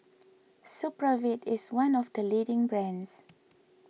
Supravit is one of the leading brands